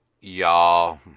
y'all